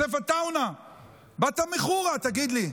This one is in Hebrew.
תגידי,